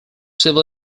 civil